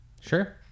Sure